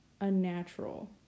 unnatural